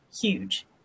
huge